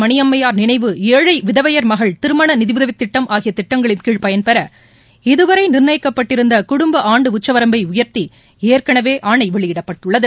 மணியம்மையார் நினைவு ஏனழ விதவையர் மகள் திருமண நிதியுதவித் திட்டம் ஆகிய திட்டங்களின் கீழ் பயன்பெற இதுவரை நிர்ணயிக்கப்பட்டிருந்த குடும்ப ஆண்டு உச்சவரம்பை உயர்த்தி ஏற்கனவே ஆணை வெளியிடப்பட்டுள்ளது